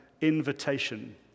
invitation